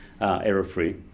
error-free